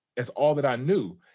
that's all that i knew.